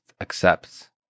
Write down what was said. accepts